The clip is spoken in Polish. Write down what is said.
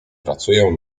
pracuję